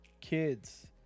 kids